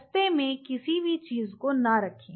रास्ते में किसी भी चीज को न रखें